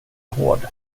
hård